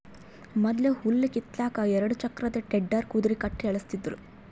ಮೊದ್ಲ ಹುಲ್ಲ್ ಕಿತ್ತಲಕ್ಕ್ ಎರಡ ಚಕ್ರದ್ ಟೆಡ್ಡರ್ ಕುದರಿ ಕಟ್ಟಿ ಎಳಸ್ತಿದ್ರು